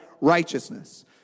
righteousness